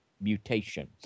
mutation